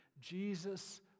Jesus